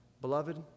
Beloved